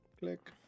Click